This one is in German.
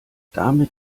damit